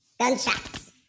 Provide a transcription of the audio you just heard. Gunshots